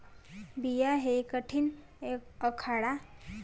बिया हे कठीण, अखाद्य नट शेलचे आतील, सामान्यतः खाण्यायोग्य भाग असतात